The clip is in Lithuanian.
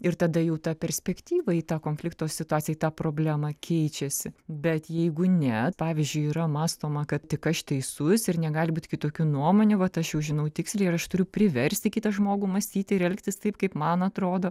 ir tada jau ta perspektyva į tą konflikto situaciją į tą problemą keičiasi bet jeigu ne pavyzdžiui yra mąstoma kad tik aš teisus ir negali būti kitokių nuomonių vat aš žinau tiksliai ir aš turiu priversti kitą žmogų mąstyti ir elgtis taip kaip man atrodo